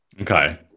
Okay